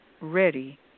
ready